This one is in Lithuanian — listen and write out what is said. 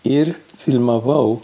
ir filmavau